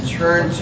turn